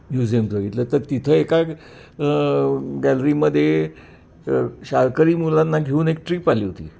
museums बघितलं तर तिथं एका गॅलरीमध्ये शाळकरी मुलांना घेऊन एक ट्रीप आली होती